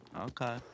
Okay